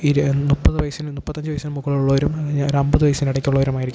ഇര് മുപ്പത് വയസ്സിനും മുപ്പത്തി അഞ്ച് വയസ്സിനും മുകളിൽ ഉള്ളവരും ഒരു അൻപത് വയസ്സിന് ഇടക്കുള്ളവരും ആയിരിക്കും